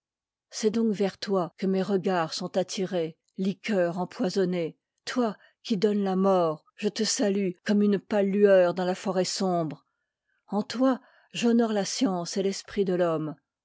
c'est donc vers toi que mes regards sont at tirés liqueur empoisonnée toi qui donnes la mort je te salue comme une pale lueur dans la forêt sombre en toi j'honore la science et l'esprit de l'homme